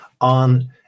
on